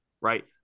right